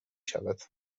شود